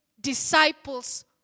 disciples